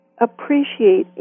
appreciate